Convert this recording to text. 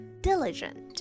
diligent